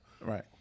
Right